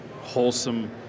wholesome